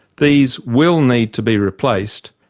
these will need to be replaced,